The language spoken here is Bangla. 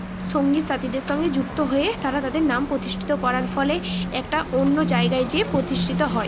সঙ্গী সাথীদের সঙ্গে যুক্ত হয়ে তারা তাদের নাম প্রতিষ্ঠিত করার ফলে একটা অন্য জায়গায় গিয়ে প্রতিষ্ঠিত হয়